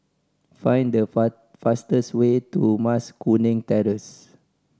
find the fastest way to Mas Kuning Terrace